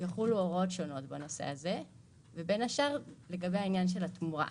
יחולו הוראות שונות בנושא הזה ובין השאר לגבי העניין של התמורה.